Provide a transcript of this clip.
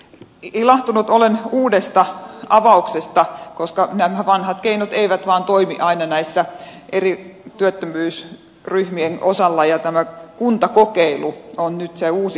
ilahtunut olen uudesta avauksesta koska nämä vanhat keinot eivät vaan toimi aina näiden eri työttömyysryhmien osalta ja tämä kuntakokeilu on nyt se uusi keino